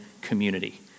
community